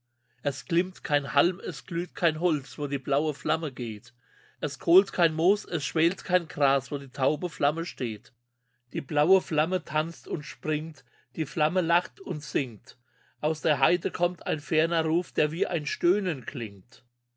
es glimmt kein halm es glüht kein holz wo die blaue flamme geht es kohlt kein moos es schwelt kein gras wo die taube flamme steht die blaue flamme tanzt und springt die flamme lacht und singt aus der heide kommt ein ferner ruf der wie ein stöhnen klingt